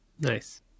Nice